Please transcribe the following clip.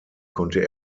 konnte